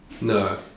No